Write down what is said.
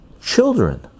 children